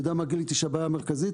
אתה יודע מה גיליתי שהבעיה המרכזית?